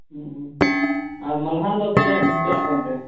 ᱦᱩᱸ ᱦᱩᱸ ᱟᱨ ᱢᱟᱞᱦᱟᱱ ᱫᱚ ᱪᱮᱫ ᱞᱮᱠᱟ ᱠᱮᱡᱤ ᱪᱟᱞᱟᱜ ᱠᱟᱱᱛᱮ